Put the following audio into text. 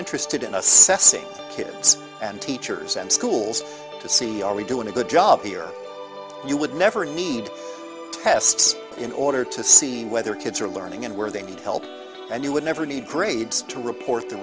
interested in assessing kids and teachers and schools to see are we doing a good job here you would never need tests in order to see whether kids are learning and where they need help and you would never need grades to report the